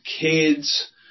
kids